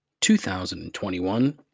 2021